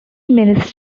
minutes